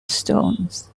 stones